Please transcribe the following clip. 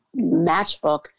matchbook